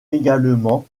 également